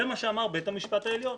זה מה שאמר בית המשפט העליון,